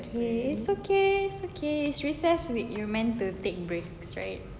it's okay it's okay it's okay recess week you are meant to take breaks right